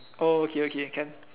oh okay okay can